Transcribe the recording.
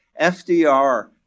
FDR